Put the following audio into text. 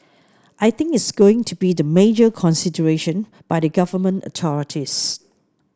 I think is going to be the major consideration by the government authorities